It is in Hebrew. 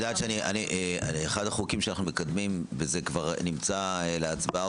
אחד החוקים שאנו מקדמים וזה נמצא להצבעה